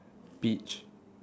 peach